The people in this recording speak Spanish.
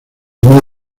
media